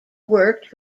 worked